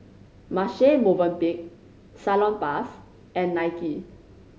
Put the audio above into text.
Marche Movenpick Salonpas and Nike